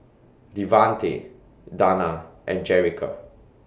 Devante Danna and Jerrica